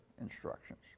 instructions